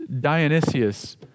Dionysius